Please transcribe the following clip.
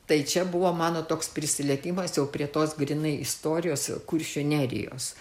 tai čia buvo mano toks prisilietimas jau prie tos grynai istorijos kuršių nerijos